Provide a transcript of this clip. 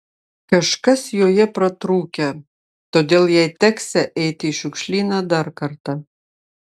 kažkas joje pratrūkę todėl jai teksią eiti į šiukšlyną dar kartą